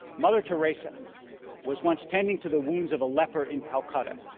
motherteresa was once tending to the wounds of a leper in calcutta.